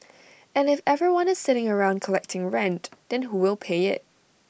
and if everyone is sitting around collecting rent then who will pay IT